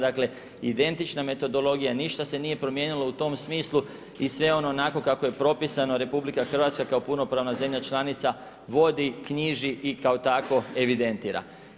Dakle, identična metodologija, ništa se nije promijenilo u tom smislu i sve ono onako kako je propisano RH kao punopravna zemlja članica vodi, knjiži i kao takvo evidentira.